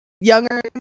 younger